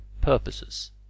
purposes